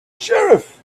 sheriff